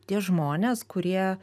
tie žmonės kurie